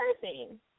person